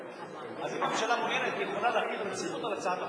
אז אם הממשלה מעוניינת היא יכולה להחיל רציפות על הצעת החוק,